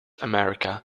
america